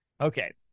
Okay